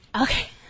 Okay